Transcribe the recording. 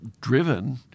driven